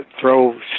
throw